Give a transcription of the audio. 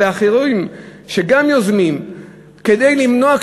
ואחרים שגם יוזמים כדי למנוע,